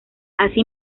así